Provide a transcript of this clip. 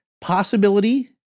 possibility